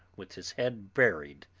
with his head buried,